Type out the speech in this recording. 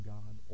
God